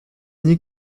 nié